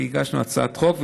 שהגשנו הצעת חוק.